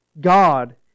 God